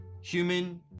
human